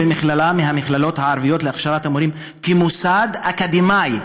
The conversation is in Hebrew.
במכללה מהמכללות הערביות להכשרת מורים כמוסד אקדמי,